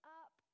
up